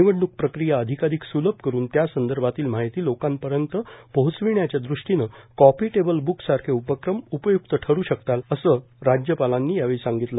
निवडण्क प्रक्रिया अधिकाधिक स्लभ करून त्यासंदर्भातील माहिती लोकांपर्यंत पोहचविण्याच्यादृष्टीनं कॉफी टेबल बूकसारखे उपक्रम उपय्क्त ठरू शकतात असं राज्यपाल यावेळी म्हणाले